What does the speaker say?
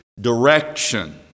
direction